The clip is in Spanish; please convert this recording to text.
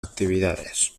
actividades